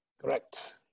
Correct